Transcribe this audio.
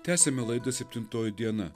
tęsiame laidą septintoji diena